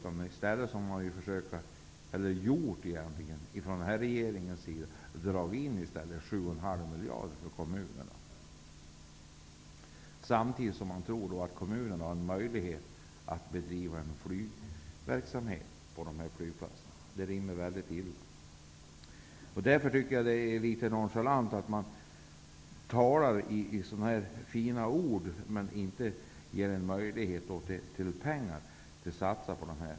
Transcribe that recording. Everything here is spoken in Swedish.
I stället har den här regeringen dragit in sju och en halv miljarder från kommunerna, samtidigt som man tror att kommunerna har möjlighet att bedriva flygverksamhet på de här flygplatserna. Det rimmar mycket illa. Jag tycker att det är litet nonchalant att man talar i sådana här fina ord men inte satsar några pengar på det här.